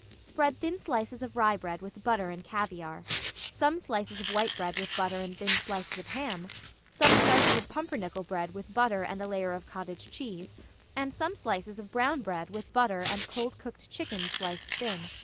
spread thin slices of rye bread with butter and caviare some slices of white bread with butter and thin slices of ham some slices of pumpernickel bread with butter and a layer of cottage cheese and some slices of brown bread with butter and cold cooked chicken sliced thin.